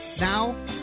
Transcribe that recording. Now